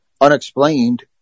unexplained